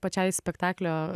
pačiai spektaklio